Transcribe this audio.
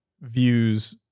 views